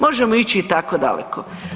Možemo ići i tako daleko.